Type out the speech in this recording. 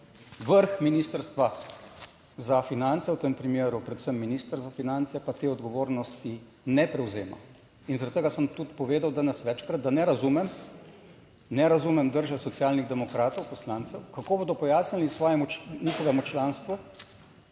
Vrh Ministrstva za finance, v tem primeru predvsem minister za finance pa te odgovornosti ne prevzema. In zaradi tega sem tudi povedal, danes večkrat, da ne razumem, ne razumem drže Socialnih demokratov, poslancev, kako bodo pojasnili svojemu,